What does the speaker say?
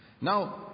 Now